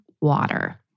water